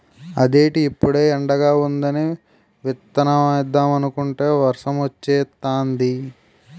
అదేటి ఇప్పుడే ఎండగా వుందని విత్తుదామనుకుంటే వర్సమొచ్చేతాంది